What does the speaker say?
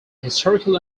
historical